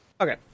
Okay